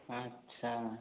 ଆଚ୍ଛା